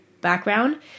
background